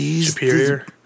superior